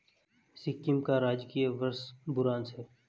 सिक्किम का राजकीय वृक्ष बुरांश है